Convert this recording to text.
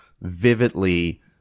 vividly